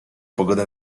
pogodę